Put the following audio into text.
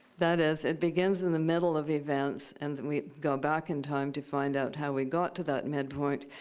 that is, it begins in the middle of events, and then we go back in time to find out how we got to that midpoint,